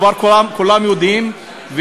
כבר כולם יודעים,